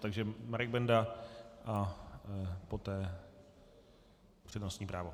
Takže Marek Benda a poté přednostní právo.